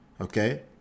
okay